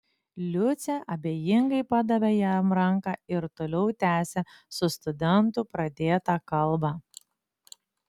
liucė abejingai padavė jam ranką ir toliau tęsė su studentu pradėtą kalbą